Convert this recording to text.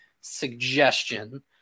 suggestion